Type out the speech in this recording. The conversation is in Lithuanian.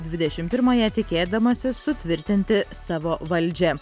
dvidešim pirmąją tikėdamasis sutvirtinti savo valdžią